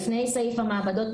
לפני סעיף המעבדות,